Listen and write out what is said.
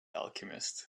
alchemist